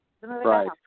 Right